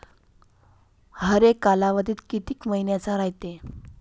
हरेक कालावधी किती मइन्याचा रायते?